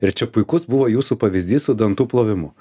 ir čia puikus buvo jūsų pavyzdys su dantų plovimu